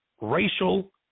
racial